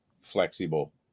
flexible